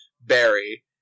Barry